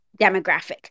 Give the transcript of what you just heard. demographic